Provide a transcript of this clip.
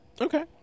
Okay